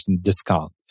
discount